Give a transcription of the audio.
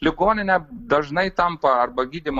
ligonine dažnai tampa arba gydymo